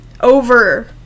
over